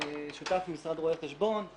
שותף במשרד רואי חשבון,